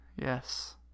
Yes